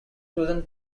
chosen